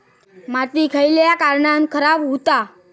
माती खयल्या कारणान खराब हुता?